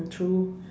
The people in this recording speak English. mm true